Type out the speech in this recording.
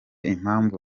impamvu